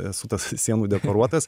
esu tas sienų dekoruotojas